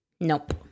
Nope